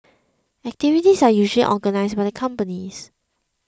activities are usually organised by the companies